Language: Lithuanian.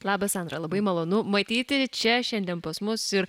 labas sandra labai malonu matyti čia šiandien pas mus ir